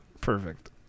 Perfect